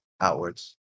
outwards